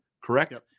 Correct